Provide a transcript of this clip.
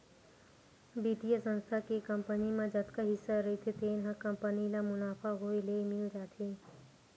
बित्तीय संस्था के कंपनी म जतका हिस्सा रहिथे तेन ह कंपनी ल मुनाफा होए ले मिल जाथे